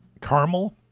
caramel